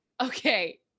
okay